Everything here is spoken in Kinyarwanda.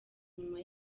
nyuma